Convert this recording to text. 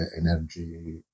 energy